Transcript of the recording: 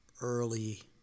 early